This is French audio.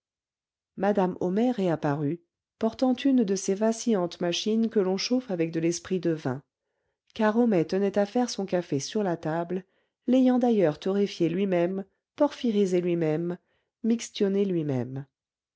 madame homais réapparut portant une de ces vacillantes machines que l'on chauffe avec de lesprit de vin car homais tenait à faire son café sur la table l'ayant d'ailleurs torréfié lui-même porphyrisé lui-même mixtionné lui-même